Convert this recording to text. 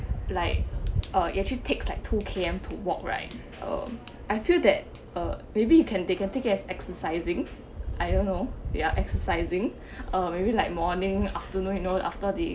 like uh it actually takes like two K_M to walk right uh I feel that uh maybe you can take can take it as exercising I don't know they are exercising uh maybe like morning afternoon you know after the